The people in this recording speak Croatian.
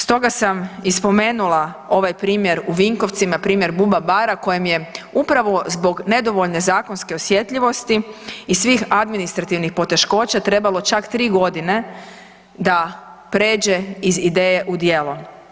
Stoga sam i spomenula ovaj primjer u Vinkovcima, primjer Buba bara kojem je upravo zbog nedovoljne zakonske osjetljivosti i svih administrativnih poteškoća trebalo čak 3 godine da pređe iz ideje u djelo.